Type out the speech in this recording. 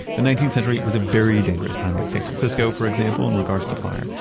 the nineteenth century was a very dangerous time in san francisco for example, in regards to fire.